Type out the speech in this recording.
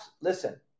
listen